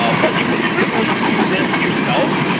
um but you can certainly do this yourself.